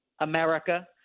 America